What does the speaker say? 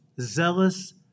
zealous